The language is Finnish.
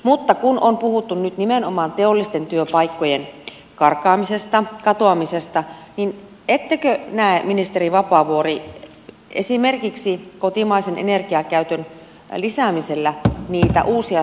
mutta kun on puhuttu nyt nimenomaan teollisten työpaikkojen karkaamisesta katoamisesta niin ettekö näe ministeri vapaavuori esimerkiksi kotimaisen energian käytön lisäämisellä niitä uusia syntyviä työpaikkoja